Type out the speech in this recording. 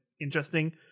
interesting